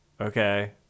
okay